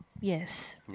yes